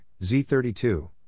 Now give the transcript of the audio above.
Z32